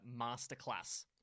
Masterclass